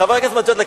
חבר הכנסת מג'אדלה,